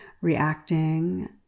reacting